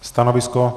Stanovisko?